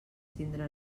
tindre